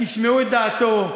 תשמעו את דעתו.